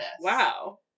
Wow